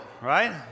right